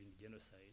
genocide